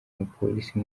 umupolisi